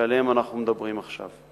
שעליהם אנחנו מדברים עכשיו.